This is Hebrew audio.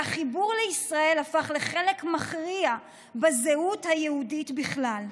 והחיבור לישראל הפך לחלק מכריע בזהות היהודית בכלל.